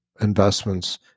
investments